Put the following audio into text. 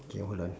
K hold on